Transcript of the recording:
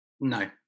No